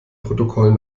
protokoll